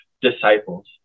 disciples